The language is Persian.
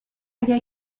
اگر